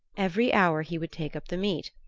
every hour he would take up the meat,